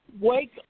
Wake